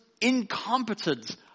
incompetent